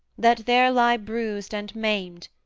that there lie bruised and maimed,